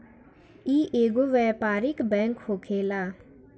इ एगो व्यापारिक बैंक होखेला